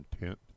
intent